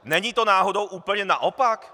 Není to náhodou úplně naopak?